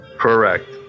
correct